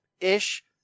ish